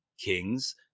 Kings